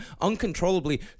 uncontrollably